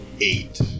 eight